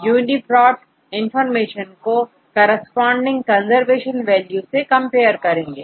अब UniPRot information को corresponding conservation value से कंपेयर करेंगे